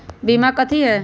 बीमा कथी है?